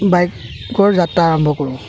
বাইকৰ যাত্ৰা আৰম্ভ কৰোঁ